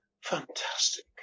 fantastic